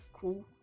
cool